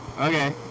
Okay